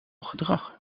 gedrag